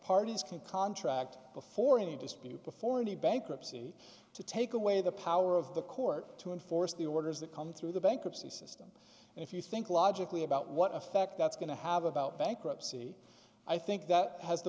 parties can contract before any dispute before any bankruptcy to take away the power of the court to enforce the orders that come through the bankruptcy system and if you think logically about what effect that's going to have about bankruptcy i think that has the